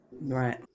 Right